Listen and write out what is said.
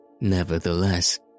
Nevertheless